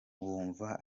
wumva